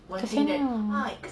kesiannya